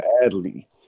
badly